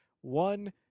one